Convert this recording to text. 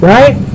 Right